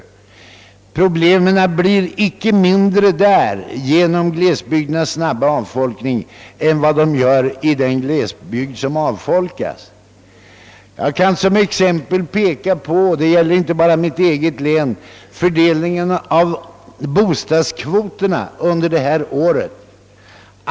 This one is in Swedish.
De problem som uppstår genom glesbygdernas snabba avfolkning blir icke mindre i städerna och tätorterna än i den berörda glesbygden. Jag kan som exempel — det gäller inte bara mitt eget län — peka på fördelningen av bostadskvoterna i dessa orter.